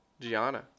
Gianna